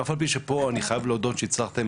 אף על פי שפה אני חייב להודות שהצלחתם